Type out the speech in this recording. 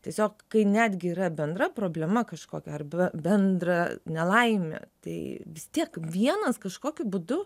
tiesiog kai netgi yra bendra problema kažkokia arba bendra nelaimė tai vis tiek vienas kažkokiu būdu